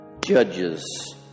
Judges